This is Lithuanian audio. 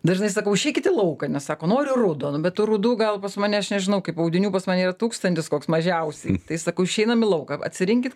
dažnai sakau išeikit į lauką nes sako noriu rudo nu bet tų rudų gal pas mane aš nežinau kaip audinių pas mane yra tūkstantis koks mažiausiai tai sakau išeinam į lauką atsirinkit